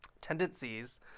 tendencies